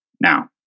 Now